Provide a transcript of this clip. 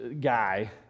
guy